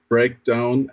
Breakdown